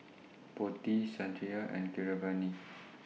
Potti Satyendra and Keeravani